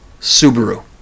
Subaru